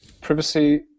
privacy